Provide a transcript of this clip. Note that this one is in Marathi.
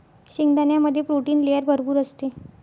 शेंगदाण्यामध्ये प्रोटीन लेयर भरपूर असते